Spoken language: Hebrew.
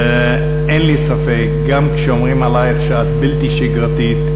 ואין לי ספק, גם כשאומרים עלייך שאת בלתי שגרתית,